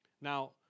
Now